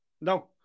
No